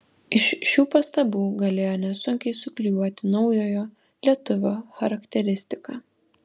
iš šių pastabų galėjo nesunkiai suklijuoti naujojo lietuvio charakteristiką